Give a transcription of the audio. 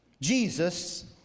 Jesus